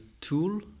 tool